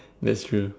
that's true